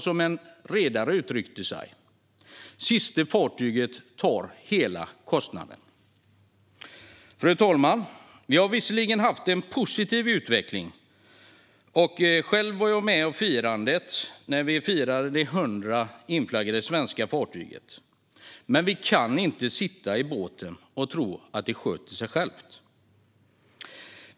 Som en redare uttryckte sig: Det sista fartyget tar hela kostnaden. Fru talman! Vi har visserligen haft en positiv utveckling, och jag var själv med i firandet av det hundrade inflaggade svenska fartyget. Men vi kan inte sitta still i båten och tro att detta sköter sig självt.